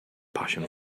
passion